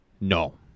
No